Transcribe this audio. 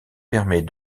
permet